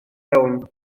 iawn